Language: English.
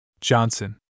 Johnson